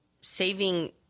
Saving